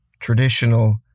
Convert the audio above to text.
traditional